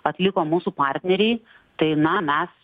atliko mūsų partneriai tai na mes